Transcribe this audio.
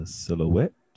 silhouette